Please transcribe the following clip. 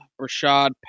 Rashad